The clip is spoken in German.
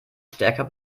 stärker